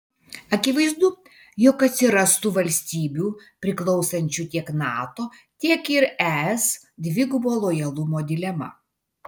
akivaizdu jog atsirastų valstybių priklausančių tiek nato tiek ir es dvigubo lojalumo dilema